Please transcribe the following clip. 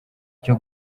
cyo